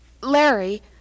Larry